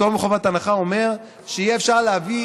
פטור מחובת הנחה אומר שיהיה אפשר להביא